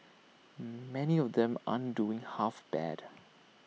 many of them aren't doing half bad